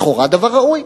לכאורה זה דבר ראוי.